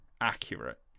accurate